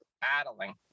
battling